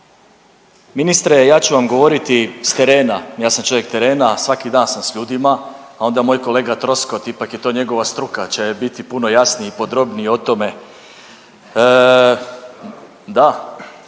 Ministre, ja ću vam govoriti s terena, ja sam čovjek terena, svaki dan sam s ljudima, a onda moj kolega Troskot, ipak je to njegova struka, će biti puno jasniji i podrobniji o tome.